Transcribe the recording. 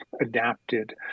adapted